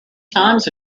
times